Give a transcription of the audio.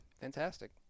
fantastic